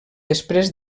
després